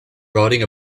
riding